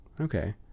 Okay